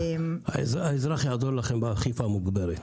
האזרח יעזור לכם באכיפה המוגברת.